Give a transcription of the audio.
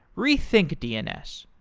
rethink dns,